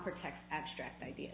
protect abstract idea